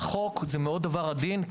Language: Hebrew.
החוק זה דבר מאוד עדין,